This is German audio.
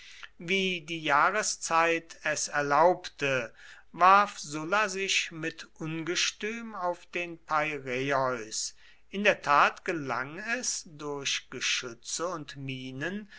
wie die jahreszeit es erlaubte warf sulla sich mit ungestüm auf den peiräeus in der tat gelang es durch geschütze und minen